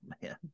Man